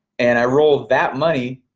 and i rolled that money